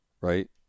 right